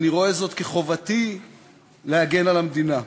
אני רואה זאת כחובתי להגן על המדינה.